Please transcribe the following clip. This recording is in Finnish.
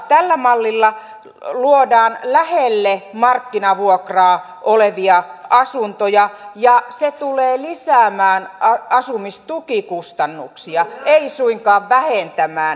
tällä mallilla luodaan lähelle markkinavuokraa olevia asuntoja ja se tulee lisäämään asumistukikustannuksia ei suinkaan vähentämään